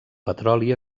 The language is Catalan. petroli